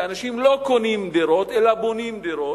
אנשים לא קונים דירות אלא בונים דירות.